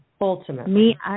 Ultimately